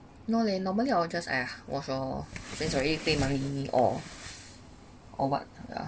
no leh normally I will just !aiya! watch lor since I already paid money oh or what